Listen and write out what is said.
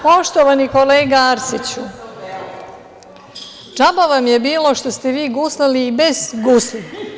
Poštovani kolega Arsiću, džaba vam je bilo što ste vi guslali i bez gusli.